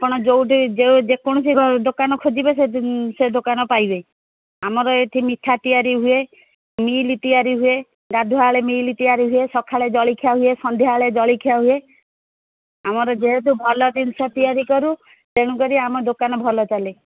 ଆପଣ ଯେଉଁଠି ଯେକୌଣସି ଦୋକାନ ଖୋଜିବେ ସେ ସେ ଦୋକାନ ପାଇବେ ଆମର ଏଠି ମିଠା ତିଆରି ହୁଏ ମିଲ୍ ତିଆରି ହୁଏ ଗାଧୁଆବେଳେ ମିଲ୍ ତିଆରି ହୁଏ ସକାଳେ ଜଳଖିଆ ହୁଏ ସନ୍ଧ୍ୟାବେଳେ ଜଳିଖିଆ ହୁଏ ଆମର ଯେହେତୁ ଭଲ ଜିନିଷ ତିଆରି କରୁ ତେଣୁ କରି ଆମ ଦୋକାନ ଭଲ ଚାଲେ